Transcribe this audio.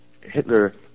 Hitler